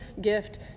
gift